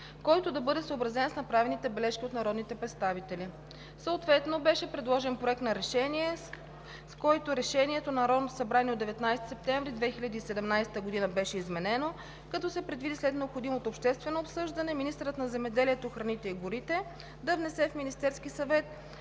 който да бъде съобразен с направените бележки от народните представители. Съответно беше предложен Проект на решение, с който Решението на Народното събрание от 19 септември 2017 г. беше изменено, като се предвиди след необходимото обществено обсъждане министърът на земеделието, храните и горите да внесе в Министерския съвет